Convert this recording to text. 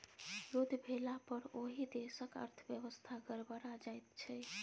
युद्ध भेलापर ओहि देशक अर्थव्यवस्था गड़बड़ा जाइत छै